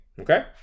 okay